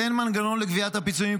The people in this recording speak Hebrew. אין מנגנון לגביית הפיצויים,